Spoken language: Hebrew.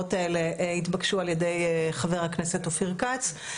העבירות האלה התבקשו על ידי חברי הכנסת אופיר כץ.